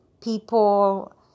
people